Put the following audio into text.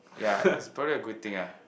ya it's probably a good thing ah